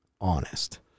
honest